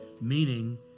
Meaning